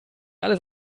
alles